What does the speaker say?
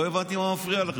לא הבנתי מה מפריע לכם.